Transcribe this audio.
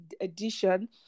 edition